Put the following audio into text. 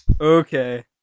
Okay